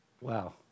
Wow